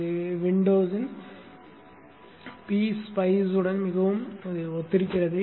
இது விண்டோஸ்ன் pSpice உடன் மிகவும் ஒத்திருக்கிறது